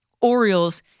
Orioles